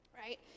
Right